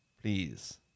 Please